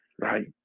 right